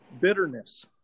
bitterness